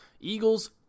Eagles